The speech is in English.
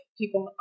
people